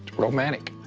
romantic!